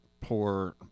poor